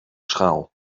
schaal